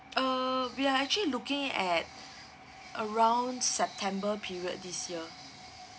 uh we are actually looking at around september period this year